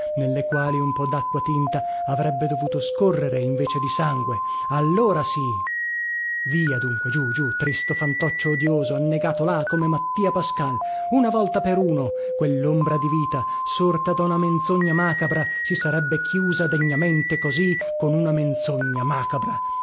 nelle quali un po dacqua tinta avrebbe dovuto scorrere invece di sangue allora sì via dunque giù giù tristo fantoccio odioso annegato là come mattia pascal una volta per uno quellombra di vita sorta da una menzogna macabra si sarebbe chiusa degnamente così con una menzogna macabra